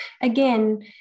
again